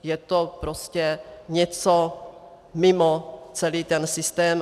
Je to prostě něco mimo celý ten systém.